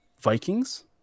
Vikings